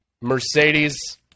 Mercedes